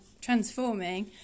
transforming